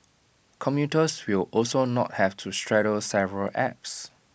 commuters will also not have to straddle several apps